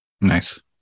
Nice